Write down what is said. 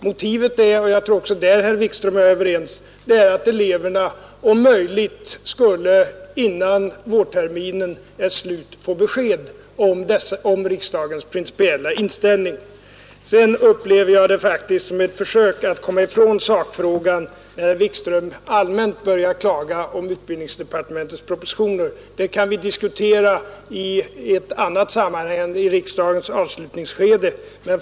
Motivet var — jag tror att också där är herr Wikström och jag överens — att eleverna om möjligt skulle innan vårterminen är slut få besked om riksdagens principiella inställning. Sedan upplever jag det faktiskt som ett försök att komma ifrån sakfrågan, när herr Wikström allmänt börjar klaga över utbildningsdepartementets propositioner. Den saken kan vi diskutera i ett annat sammanhang än i riksdagens avslutningsskede.